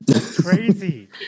crazy